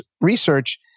research